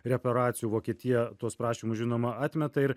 reparacijų vokietija tuos prašymus žinoma atmeta ir